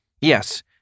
Yes